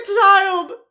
child